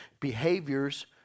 behaviors